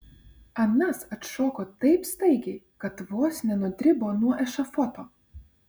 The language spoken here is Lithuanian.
anas atšoko taip staigiai kad vos nenudribo nuo ešafoto